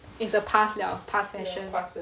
is the past liao past fashion